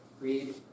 Read